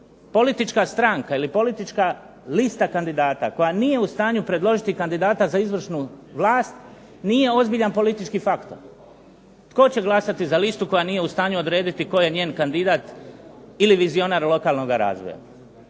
politička stranka ili politička lista kandidata koja nije u stanju predložiti kandidata za izvršnu vlast, nije ozbiljan politički faktor. Tko će glasati za listu koja nije u stanju odrediti tko je njen kandidat ili vizionar lokalnoga razvoja?